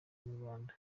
inyarwanda